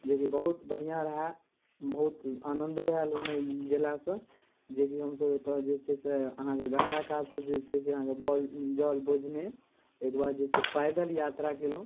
जेकि बहुत बढ़िआँ रहै बहुत आनन्दो आएल ओहिमे गेलासँ जेकि हमसभ एतऽ जे छै से अहाँके गङ्गाकात से जे छै जे छै से अहाँके बाउल जल बोझने एकबेर जे छै पैदल यात्रा गेलहुँ